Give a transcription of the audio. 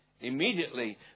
Immediately